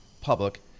public